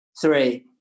Three